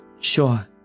Sure